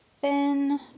thin